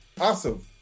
awesome